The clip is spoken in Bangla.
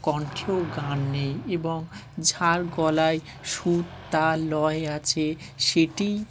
কণ্ঠেও গান নেই এবং যার গলায় সুর তাল লয় আছে সেটি